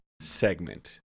segment